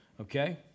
okay